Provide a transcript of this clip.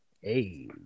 Hey